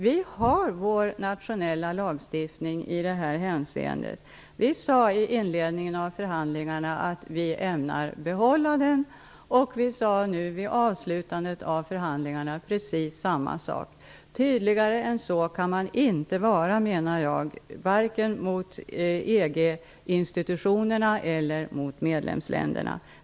Vi har i detta hänseende vår nationella lagstiftning. Vi sade i inledningen av förhandlingarna att vi ämnar behålla den, och vid avslutandet av förhandlingarna sade vi i princip samma sak. Tydligare än så kan man inte vara, menar jag, vare sig mot EG-institutionerna eller mot medlemländerna.